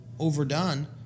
overdone